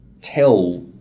tell